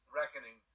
reckoning